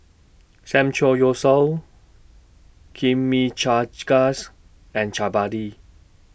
Samgeyopsal Chimichangas and Chapati